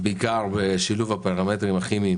בעיקר לגבי שילוב הפרמטרים הכימיים